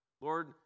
Lord